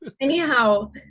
Anyhow